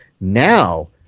Now